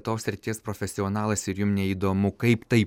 tos srities profesionalas ir jum neįdomu kaip tai padaryta